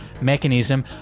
mechanism